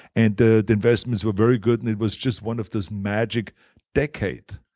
and the the investments were very good and it was just one of those magic decades.